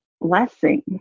blessing